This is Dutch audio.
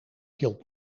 hield